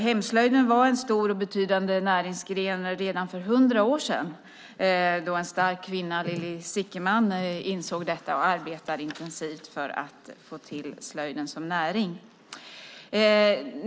Hemslöjden var en stor och betydande näringsgren redan för hundra år sedan då en stark kvinna, Lilli Zickerman, insåg detta och arbetade intensivt för att få till slöjden som näring.